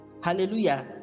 hallelujah